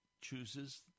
chooses